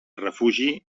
refugi